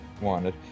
wanted